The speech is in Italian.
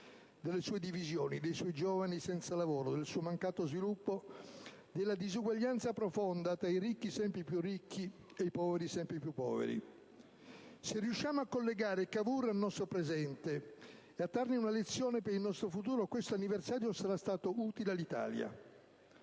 delle sue divisioni, dei suoi giovani senza lavoro, del suo mancato sviluppo, della disuguaglianza profonda tra i ricchi sempre più ricchi e i poveri sempre più poveri. Se riusciamo a collegare Cavour al nostro presente e trarne una lezione per il nostro futuro, questo anniversario sarà stato utile all'Italia.